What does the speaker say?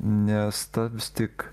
nes ta vis tik